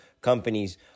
companies